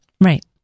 right